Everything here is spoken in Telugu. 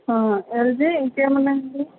యల్జి ఇంకేమున్నాయి అండి